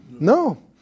No